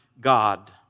God